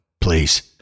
please